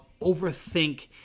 overthink